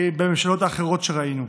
בממשלות האחרות שראינו.